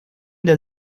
der